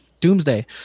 Doomsday